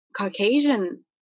Caucasian